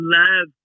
love